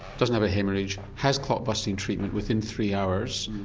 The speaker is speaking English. doesn't have a haemorrhage, has clot busting treatment within three hours,